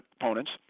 opponents